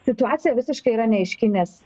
situacija visiškai yra neaiški nes